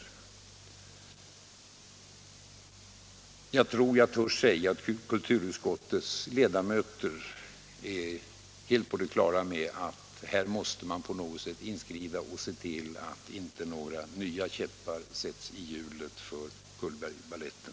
Nr 84 Jag tror jag törs säga att kulturutskottets ledamöter är helt på det Torsdagen den klara med att här måste man på något sätt inskrida och se till att inte 10 mars 1977 nya käppar sätts i hjulet för Cullbergbaletten.